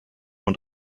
und